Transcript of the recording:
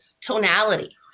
tonality